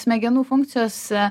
smegenų funkcijose